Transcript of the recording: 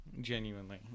genuinely